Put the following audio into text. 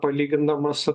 palygindama su